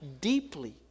deeply